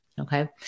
okay